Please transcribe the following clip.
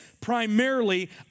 primarily